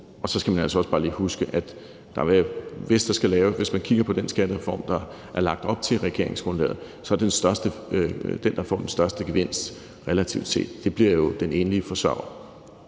Og så skal man altså også bare lige huske, at hvis man kigger på den skattereform, der er lagt op til i regeringsgrundlaget, er den, der relativt set får den største gevinst, den enlige forsørger.